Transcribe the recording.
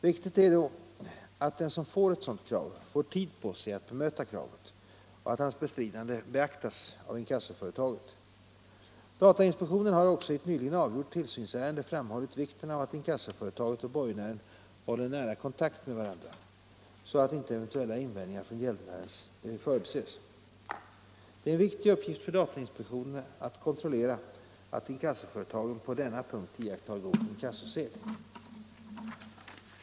Viktigt är då att den som får ett sådant krav får tid på sig att bemöta kravet och att hans bestridande beaktas av inkassoföretaget. Datainspektionen har också i ett nyligen avgjort tillsynsärende framhållit vikten av att inkassoföretaget och borgenären håller nära kontakt med varandra, så att inte eventuella invändningar från gäldenären förbises. Det är en viktig uppgift för datainspektionen att kontrollera att inkassoföretagen på denna punkt iakttar god inkassosed.